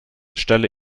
stelle